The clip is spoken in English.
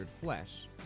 flesh